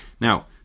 Now